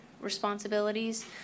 responsibilities